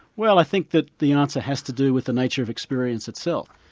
well i think that the answer has to do with the nature of experience itself.